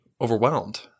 overwhelmed